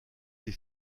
des